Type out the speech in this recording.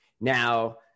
Now